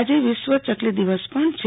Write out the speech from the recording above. આજે વિશ્વ ચકલી દિવસ પણ છે